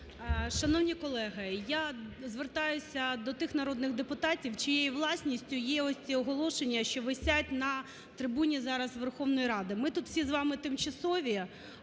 Шановні колеги, я звертаюсь до тих народних депутатів, чиєю власністю є ось ці оголошення, що висять на трибуні зараз Верховної Ради. Ми тут всі з вами тимчасові,